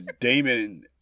Damon